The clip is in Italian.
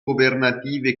governative